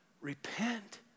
repent